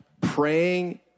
praying